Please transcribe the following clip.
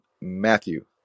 Matthew